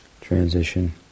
transition